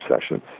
sessions